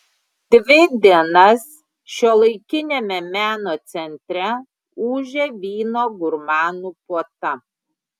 dvi dienas šiuolaikiniame meno centre ūžė vyno gurmanų puota